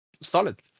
solid